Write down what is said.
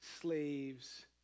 slaves